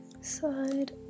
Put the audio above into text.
Side